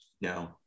No